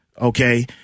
Okay